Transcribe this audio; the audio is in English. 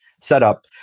setup